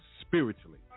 spiritually